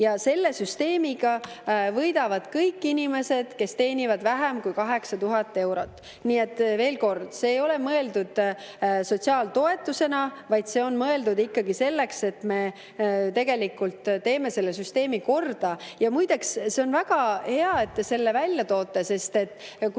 Selle süsteemiga võidavad kõik inimesed, kes teenivad vähem kui 8000 eurot. Nii et veel kord: see ei ole mõeldud sotsiaaltoetusena, vaid see on mõeldud ikkagi selleks, et me teeme selle süsteemi korda. Ja muide, see on väga hea, et te selle välja toote. Kui